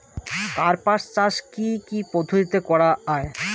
কার্পাস চাষ কী কী পদ্ধতিতে করা য়ায়?